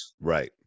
Right